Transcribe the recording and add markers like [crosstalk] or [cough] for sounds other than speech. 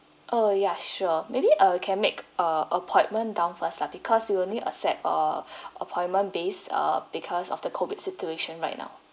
oh ya sure maybe uh we can make err appointment down first lah because we only accept err [breath] appointment based err because of the COVID situation right now